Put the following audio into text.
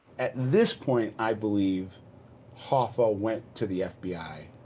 at this point, i believe hoffa went to the f b i,